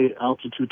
altitude